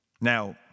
Now